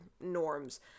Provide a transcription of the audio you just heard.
norms